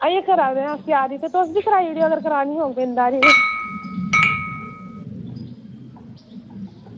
अजें करा दे आं त्यारी ते तुस बी कराई ओड़ेओ अगर करानी होग बिंद हारी ते